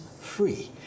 free